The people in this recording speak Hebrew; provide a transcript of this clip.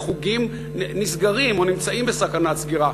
חוגים נסגרים או נמצאים בסכנת סגירה.